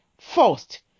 First